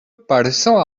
paraissant